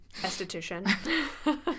esthetician